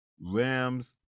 Rams